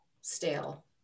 stale